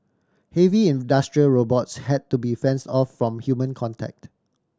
heavy industrial robots had to be fence off from human contact